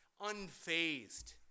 unfazed